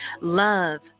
Love